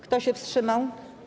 Kto się wstrzymał?